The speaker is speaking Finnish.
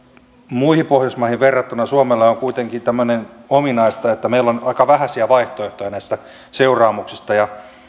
muihin pohjoismaihin verrattuna suomelle on kuitenkin ominaista tämmöinen että meillä on aika vähäisiä vaihtoehtoja näistä seuraamuksista ja